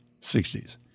60s